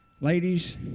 Ladies